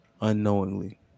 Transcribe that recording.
unknowingly